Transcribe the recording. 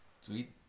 sweet